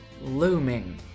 looming